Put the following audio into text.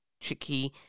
Tricky